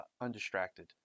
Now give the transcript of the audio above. undistracted